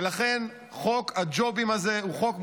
ולכן חוק הג'ובים הזה הוא חוק מושחת,